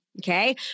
Okay